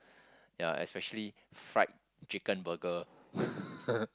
ya especially fried chicken burger